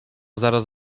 zaraz